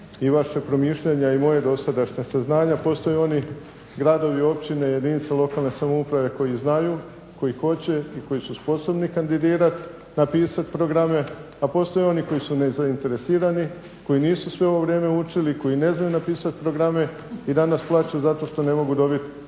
i vaša promišljanja, a i moja dosadašnja saznanja, postoje oni gradovi, općine, jedinice lokalne samouprave koji znaju, koji hoće i koji su sposobni kandidirat, napisat programe, a postoje oni koji su nezainteresirani, koji nisu sve ovo vrijeme učili, koji ne znaju napisat programe i danas plaču zato što ne mogu dobiti